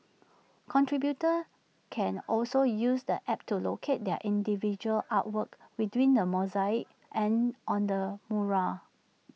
contributors can also use the app to locate their individual artwork within the mosaic and on the mural